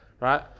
right